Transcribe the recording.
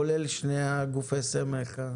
כולל שני גופי הסמך.